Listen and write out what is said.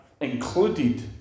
included